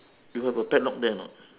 you got the padlock there or not